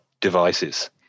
devices